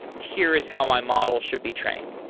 here is how my model should be trained.